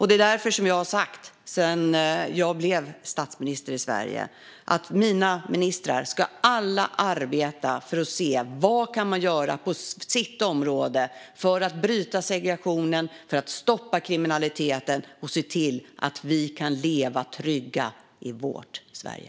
Det är därför som jag sedan jag blev statsminister i Sverige har sagt att alla mina ministrar ska arbeta för att se vad som kan göras för att bryta segregationen, stoppa kriminaliteten och se till att vi kan leva trygga i vårt Sverige.